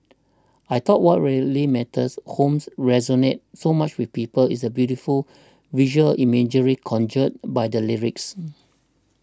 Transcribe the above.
I thought what really makes Home resonate so much with people is the beautiful visual imagery conjured by the lyrics